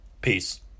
Peace